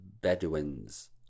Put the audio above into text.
Bedouins